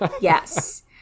yes